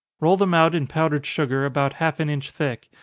roll them out in powdered sugar, about half an inch thick,